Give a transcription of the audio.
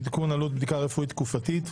עדכון עלות בדיקה רפואית תקופתית.